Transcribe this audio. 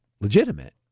legitimate